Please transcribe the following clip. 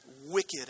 wicked